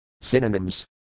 Synonyms